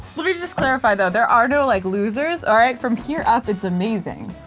let me just clarify though, there are no like losers, alright. from here up its amazing.